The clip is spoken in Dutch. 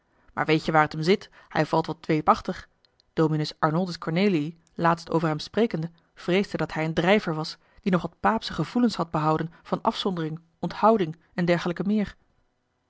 maar weet je waar het hem zit hij valt wat dweepachtig dominus arnoldus cornelii laatst over hem sprekende vreesde dat hij een drijver was die nog wat paapsche gevoelens had behouden van afzondering onthouding en dergelijke meer